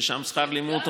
ששם שכר הלימוד,